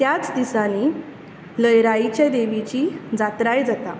त्याच दिसांनी लयराईच्या देवीची जात्राय जाता